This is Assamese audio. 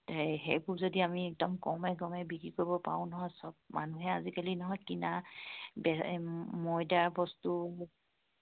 এই সেইবোৰ যদি আমি একদম গৰমে গৰমে বিক্ৰী কৰিব পাৰো নহয় চব মানুহে আজিকালি নহয় কিনা ময়দাৰ বস্তু